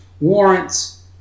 warrants